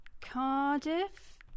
Cardiff